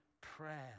prayer